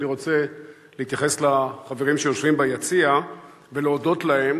אני רוצה להתייחס לחברים שיושבים ביציע ולהודות להם